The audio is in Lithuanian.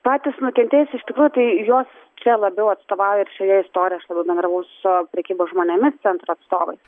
patys nukentėjusieji iš tikrųjų tai juos čia labiau atstovauja ir šioje istorijoje aš labiau bendravau su prekybos žmonėmis centro atstovais